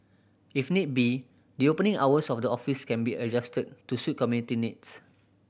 if need be the opening hours of the offices can be adjusted to suit community needs